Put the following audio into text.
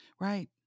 Right